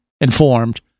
informed